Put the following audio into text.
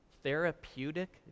therapeutic